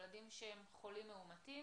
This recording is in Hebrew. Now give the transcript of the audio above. ילדים שהם חולים מאומתים